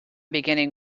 beginning